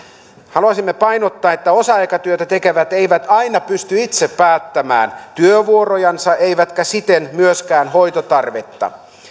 haluaisimme painottaa että osa aikatyötä tekevät eivät aina pysty itse päättämään työvuorojansa eivätkä siten myöskään hoitotarvetta